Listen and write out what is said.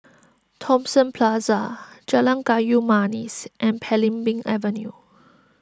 Thomson Plaza Jalan Kayu Manis and Belimbing Avenue